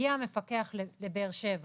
הגיע המפקח לבאר שבע